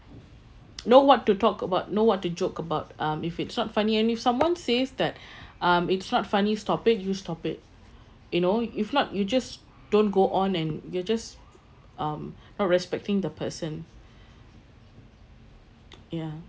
know what to talk about know what to joke about um if it's not funny and if someone says that um it's not funny stop it you stop it you know if not you just don't go on and you're just um not respecting the person ya